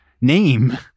name